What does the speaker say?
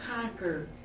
conquer